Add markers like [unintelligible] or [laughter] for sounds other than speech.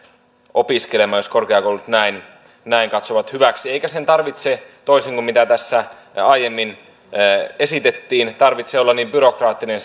opiskelemaan jos korkeakoulut näin näin katsovat hyväksi eikä sen mallin tarvitse toisin kuin mitä tässä aiemmin esitettiin olla niin byrokraattinen [unintelligible]